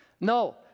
No